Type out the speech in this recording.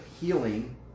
healing